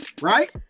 Right